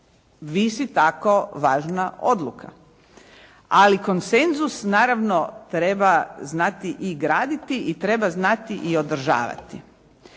visi tako važna odluka. Ali konsenzus naravno treba znati i graditi i treba znati i održavati.